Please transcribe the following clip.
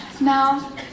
Now